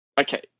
Okay